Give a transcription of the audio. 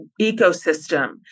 ecosystem